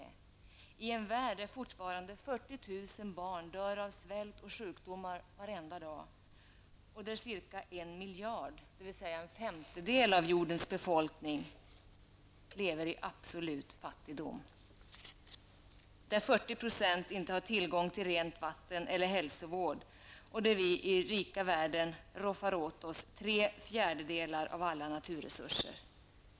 Detta gör de i en värld, där fortfarande ca 40 000 barn dör av svält och sjukdomar varje dag, och där ca 1 miljard människor, dvs. en femtedel av jordens befolkning, lever i absolut fattigdom, där 40 % inte har tillgång till rent vatten eller hälsovård, där vi i den rika världen roffar åt oss tre fjärdedelar av alla naturresurser.